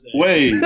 wait